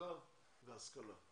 תעסוקה והשכלה.